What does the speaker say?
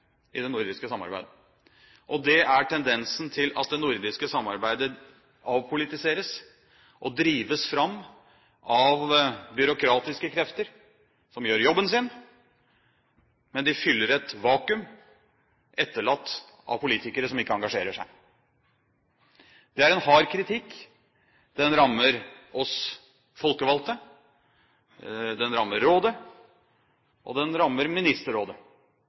i det nordiske samarbeidet, og det er tendensen til at det nordiske samarbeidet avpolitiseres og drives fram av byråkratiske krefter, som gjør jobben sin, men de fyller et vakuum etterlatt av politikere som ikke engasjerer seg. Det er en hard kritikk. Den rammer oss folkevalgte, den rammer rådet, og den rammer Ministerrådet.